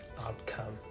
outcome